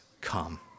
come